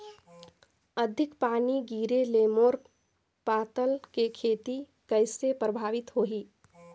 अधिक पानी गिरे ले मोर पताल के खेती कइसे प्रभावित होही?